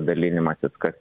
dalinimasis kas